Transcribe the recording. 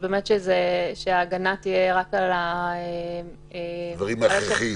שההגנה תהיה רק על --- דברים הכרחיים.